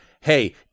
hey